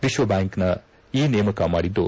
ವಿಶ್ವಬ್ಯಾಂಕ್ ಈ ನೇಮಕ ಮಾಡಿದ್ದು